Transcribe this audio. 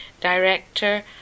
director